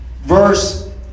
Verse